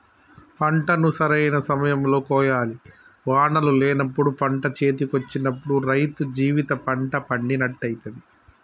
పంటను సరైన సమయం లో కోయాలి వానలు లేనప్పుడు పంట చేతికొచ్చినప్పుడు రైతు జీవిత పంట పండినట్టయితది